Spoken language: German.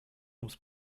ums